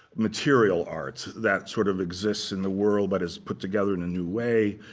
material arts that sort of exists in the world but is put together in a new way.